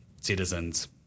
citizens